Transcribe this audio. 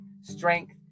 strength